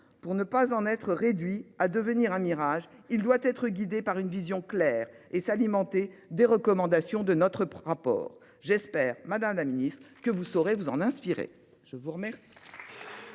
pour ne pas en être réduit à devenir un mirage. Il doit être guidée par une vision claire et s'alimenter des recommandations de notre rapport j'espère Madame la Ministre que vous saurez vous en inspirer. Je vous remercie.